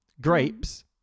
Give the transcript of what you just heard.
Grapes